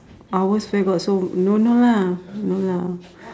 ours where got so no no lah no lah